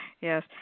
Yes